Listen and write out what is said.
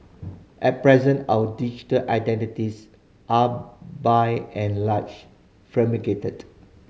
at present our digital identities are by and large fragmented